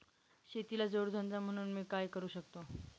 शेतीला जोड धंदा म्हणून मी काय करु शकतो?